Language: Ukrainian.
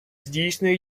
здійснює